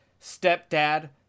stepdad